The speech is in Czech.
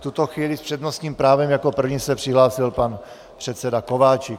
V tuto chvíli s přednostním právem jako první se přihlásil pan předseda Kováčik.